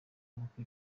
n’uko